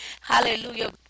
hallelujah